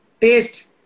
taste